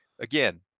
Again